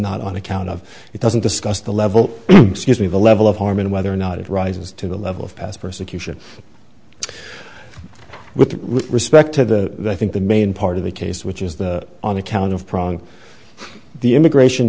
not on account of it doesn't discuss the level of the level of harm and whether or not it rises to the level of persecution with respect to the i think the main part of the case which is the on account of pronk the immigration